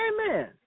Amen